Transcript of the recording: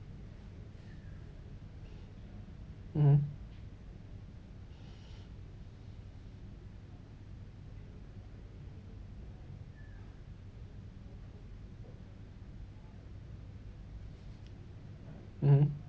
mmhmm mmhmm